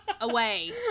Away